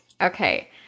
Okay